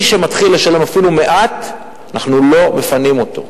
מי שמתחיל לשלם, אפילו מעט, אנחנו לא מפנים אותו.